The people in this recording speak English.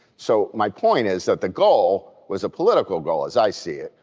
so my point is that the goal was a political goal, as i see it,